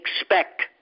expect